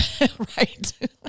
right